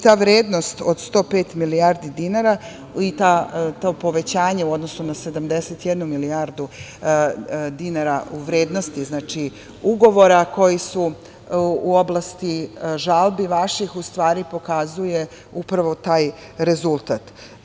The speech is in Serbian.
Ta vrednost od 105 milijardi dinara i to povećanje u odnosu na 71 milijardu dinara u vrednosti ugovora koji su u oblasti žalbi vaših, u stvari, pokazuje upravo taj rezultat.